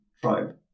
tribe